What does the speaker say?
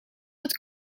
het